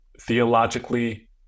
theologically